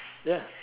ya